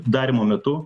darymo metu